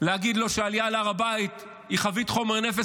להגיד לו שעלייה להר הבית היא חבית חומר נפץ,